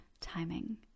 timing